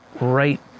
right